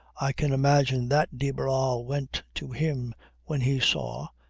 i can imagine that de barral went to him when he saw,